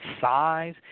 size